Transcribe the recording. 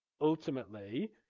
Ultimately